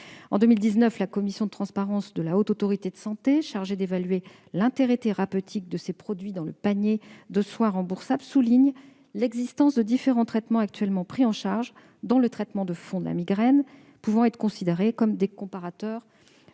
En 2019, la commission de la transparence de la Haute Autorité de santé, chargée d'évaluer l'intérêt thérapeutique de ces produits dans le panier de soins remboursables, soulignait l'existence de différents traitements actuellement pris en charge dans le traitement de fond de la migraine, pouvant être considérés comme des comparateurs